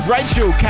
Rachel